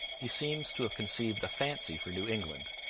he seems to have conceived a fancy for new england,